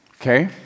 okay